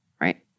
Right